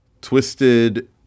twisted